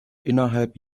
innerhalb